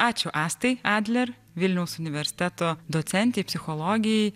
ačiū astai adler vilniaus universiteto docentei psichologei